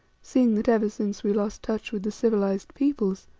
seeing that ever since we lost touch with the civilized peoples,